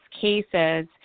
cases